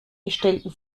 gestellten